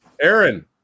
Aaron